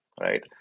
right